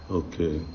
okay